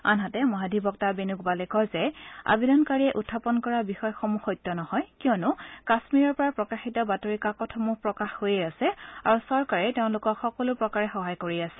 আনহাতে মহাধিবক্তা বেণুগোপালে কয় যে আৱেদনকাৰীয়ে উখাপন কৰা বিষয়সমূহ সত্য নহয় কিয়নো কাশ্মীৰৰ পৰা প্ৰকাশিত বাতৰি কাকতসমূহ প্ৰকাশ হৈয়েই আছে আৰু চৰকাৰে তেওঁলোকক সকলো প্ৰকাৰে সহায় কৰি আছে